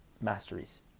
masteries